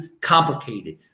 complicated